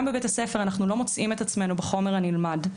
בבית הספר אנחנו לא מוצאים את עצמנו בחומר הנלמד.